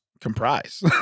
Comprise